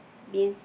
this